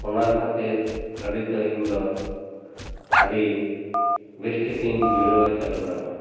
ᱚᱱᱟ ᱠᱷᱟᱹᱛᱤᱨ ᱜᱟᱹᱰᱤ ᱫᱚ ᱤᱧ ᱫᱚ ᱟᱹᱰᱤ ᱵᱮᱥᱴᱷᱤᱠᱤᱧ ᱵᱩᱡᱷᱟᱹᱣᱟ ᱪᱟᱹᱞᱩ ᱨᱮᱦᱚᱸ